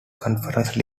conference